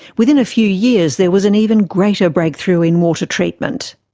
within a few years, there was an even greater breakthrough in water treatment.